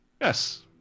Yes